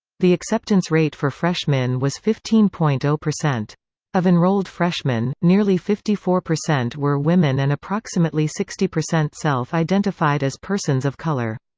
the acceptance rate for freshmen was fifteen point zero. of enrolled freshman, nearly fifty four percent were women and approximately sixty percent self-identified as persons of color.